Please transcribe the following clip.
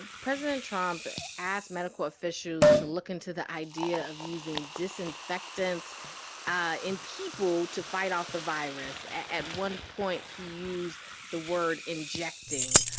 president trump asked medical officials to look into the idea of using disinfectants ah in people to fight off the virus. at one point, he used the word injecting.